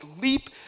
leap